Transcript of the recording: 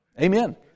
Amen